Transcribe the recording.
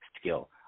skill